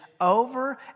over